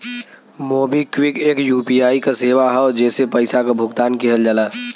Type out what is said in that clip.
MobiKwik एक UPI क सेवा हौ जेसे पइसा क भुगतान किहल जाला